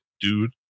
dude